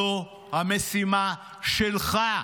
זו המשימה שלך.